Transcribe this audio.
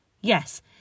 Yes